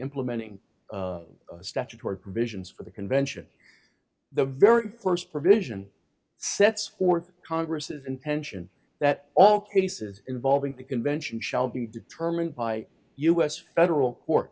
implementing statutory provisions for the convention the very first provision sets forth congress's intention that all cases involving the convention shall be determined by us federal court